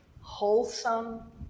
Wholesome